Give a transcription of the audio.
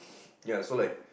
ya so like